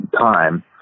time